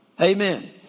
Amen